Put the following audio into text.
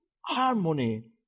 harmony